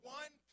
one